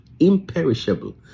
imperishable